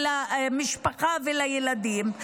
למשפחה ולילדים.